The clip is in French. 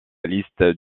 liste